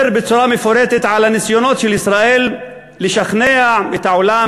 בצורה מפורטת על הניסיונות של ישראל לשכנע את העולם